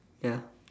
ya